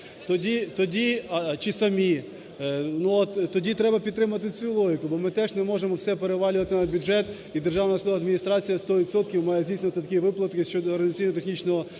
тоді треба підтримати цю логіку, бо ми теж не можемо все перевалювати на бюджет, і Державна судова адміністрація сто відсотків має здійснювати такі виплати щодо організаційно-технічного забезпечення.